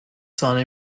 sahne